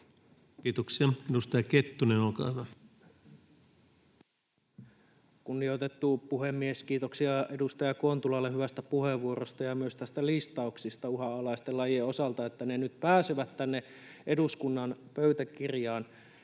Kiitoksia. — Edustaja Kettunen, olkaa hyvä. Kunnioitettu puhemies! Kiitoksia edustaja Kontulalle hyvästä puheenvuorosta ja myös tästä listauksesta uhanalaisten lajien osalta, että ne nyt pääsevät tänne eduskunnan pöytäkirjaan.